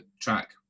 track